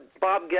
Bob